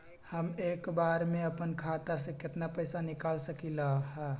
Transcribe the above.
हम एक बार में अपना खाता से केतना पैसा निकाल सकली ह?